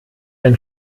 ein